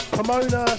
Pomona